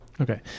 Okay